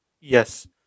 yes